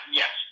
yes